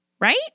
Right